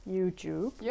YouTube